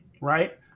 right